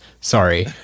Sorry